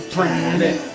Planet